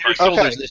Okay